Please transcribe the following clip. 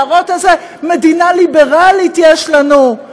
להראות איזו מדינה ליברלית יש לנו.